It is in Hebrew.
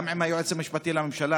גם עם היועץ המשפטי לממשלה,